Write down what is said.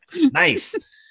nice